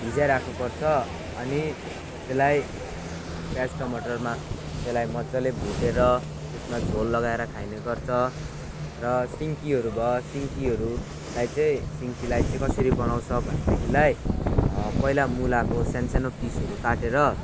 भिजाइराख्नु पर्छ अनि त्यसलाई प्याज टमटरमा त्यसलाई मजाले भुटेर त्यसमा झोल लगाएर खाइने गर्छ र सिन्कीहरू भयो सिन्कीहरूलाई चाहिँ सिन्कीलाई चाहिँ कसरी बनाउँछ भनेदेखिलाई पहिला मुलाको सानसानो पिसहरू काटेर